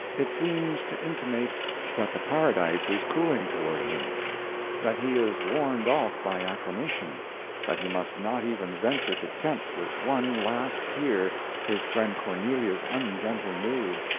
it seems to intimate that the paradise is cooling toward him that he is warned off by acclamation that he must not even venture to tempt with one last tear his friend cornelia's ungentle mood,